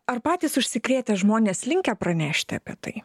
ar patys užsikrėtę žmonės linkę pranešti apie tai